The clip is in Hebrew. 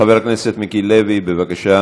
חבר הכנסת מיקי לוי, בבקשה,